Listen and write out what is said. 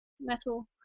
metal